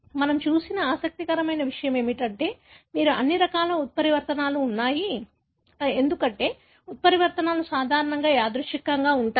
మనము చూసిన ఆసక్తికరమైన విషయం ఏమిటంటే మీకు అన్ని రకాల ఉత్పరివర్తనలు ఉన్నాయి ఎందుకంటే ఉత్పరివర్తనలు సాధారణంగా యాదృచ్ఛికంగా ఉంటాయి